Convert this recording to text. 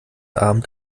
abend